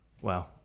Wow